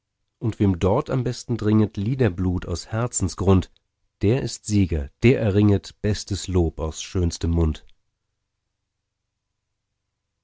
und wem dort am besten dringet liederblut aus herzensgrund der ist sieger der erringet bestes lob aus schönstem mund